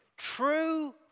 true